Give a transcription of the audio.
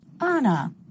Anna